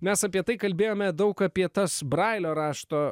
mes apie tai kalbėjome daug apie tas brailio rašto